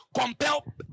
compel